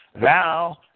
thou